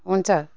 हुन्छ